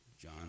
John